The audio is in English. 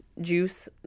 juice